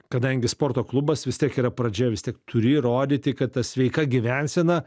kadangi sporto klubas vis tiek yra pradžia vis tiek turi įrodyti kad ta sveika gyvensena